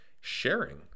sharing